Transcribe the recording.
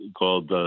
called